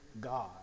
God